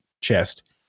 chest